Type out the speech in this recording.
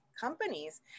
companies